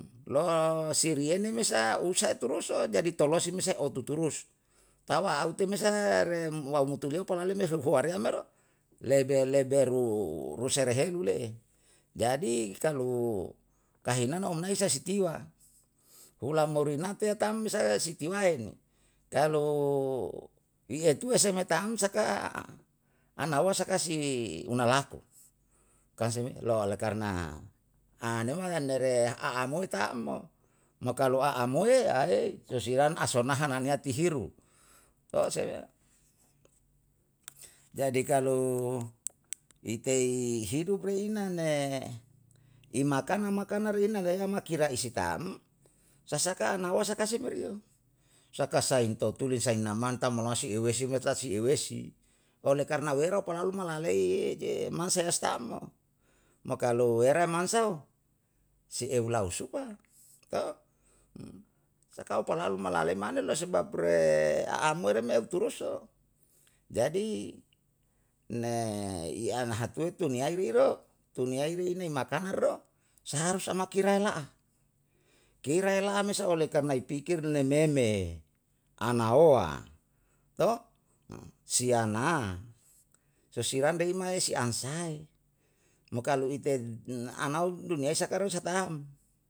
Lo'o siriene me sa usa turus jadi tolosi mesa otu turus tawa aute mesa re wae mutuleu palale me heu hoa rea mereo, lebe leberu rusa reheru le'e. jadi kalu kahinana onai sa si tiwa hula murinate tam sae si tiwaen, kalu ye tue se me tam saka anaua saka si unalako, kalu se me lau oleh karna nere a amoi ta'm mo. mo kalu a amoe ae kosiwan asona hananea tihiru. jadi kalu itei hidup re inane i makana makana re ina re eya makira i si tam, sasaka anaua saka se merio, saka sai totule sai naman tam olama si eue si me ta si eue si. oleh karna wera pala luma lalei mansa ya stam mo. mo kalu wera mansa si ehu lau supa to, saka opala luma lale mane lo sebab re a amere me turus, jadi ne i an hatue tun yai riro, tun yai reine makana ro saharu sa makira la'a. kira la'a mesa oleh karna i pikir ne meme, anaoa to. si ana sesiran deimae si an sae mo kalu ite anao duniai sakarou sa ta'm